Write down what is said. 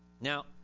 Now